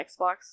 Xbox